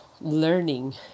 learning